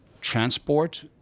Transport